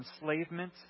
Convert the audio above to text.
enslavement